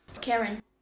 Karen